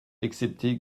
excepté